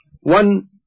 one